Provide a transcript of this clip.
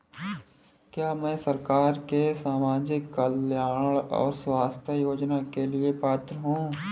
क्या मैं सरकार के सामाजिक कल्याण और स्वास्थ्य योजना के लिए पात्र हूं?